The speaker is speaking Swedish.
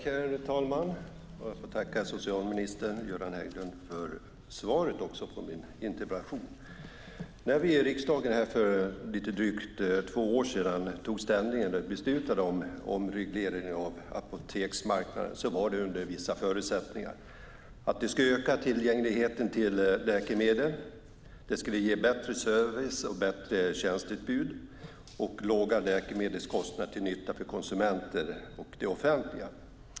Herr talman! Jag får tacka socialminister Göran Hägglund för svaret på min interpellation. När vi i riksdagen för drygt två år sedan beslutade om omregleringen av apoteksmarknaden var det under vissa förutsättningar. Vi skulle öka tillgängligheten till läkemedel. Det skulle ge bättre service, bättre tjänsteutbud och låga läkemedelskostnader till nytta för konsumenter och det offentliga.